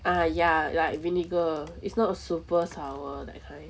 ah ya like vinegar is not super sour that kind